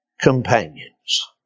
companions